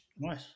Nice